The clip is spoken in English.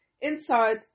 inside